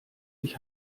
ich